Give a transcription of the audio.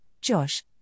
Josh